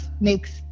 makes